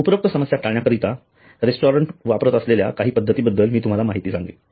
उपरोक्त समस्या टाळण्याकरीता रेस्टॉरंट्स वापरत असलेल्या काही पद्धतींबद्दल तुम्हाला माहिती असेल